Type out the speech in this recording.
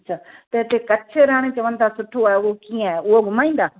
अच्छा त हिते कच्छ रण चवनि था सुठो आहे उहो कीअं आहे उहो घुमाईंदा